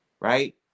right